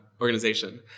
organization